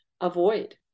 avoid